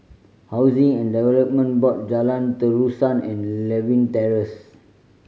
Housing and Development Board Jalan Terusan and Lewin Terrace